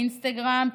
אינסטגרם,